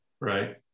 Right